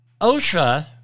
OSHA